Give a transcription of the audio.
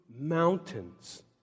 mountains